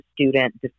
student